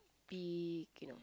big you know